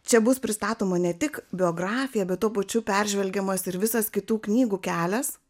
čia bus pristatoma ne tik biografija bet tuo pačiu peržvelgiamas ir visas kitų knygų kelias